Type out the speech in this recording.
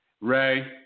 Ray